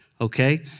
okay